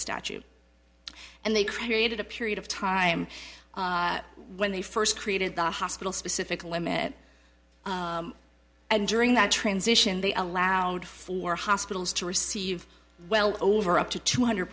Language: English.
statute and they created a period of time when they first created the hospital specifically limit and during that transition they allowed for hospitals to receive well over up to two hundred